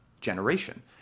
generation